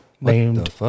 named